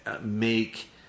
make